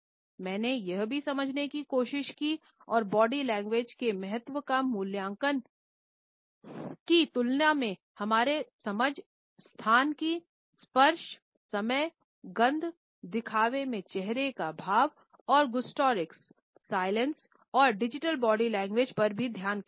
मैंने यह भी समझाने की कोशिश की और बॉडी लैंग्वेज के महत्व का मूल्यांकन की तुलना में हमारी समझ स्थान की स्पर्श समय गंध दिखावे में चेहरे का भाव और गुस्ट्रीक्स साइलेंस और डिजिटल बॉडी लैंग्वेज पर भी ध्यान केंद्रित किया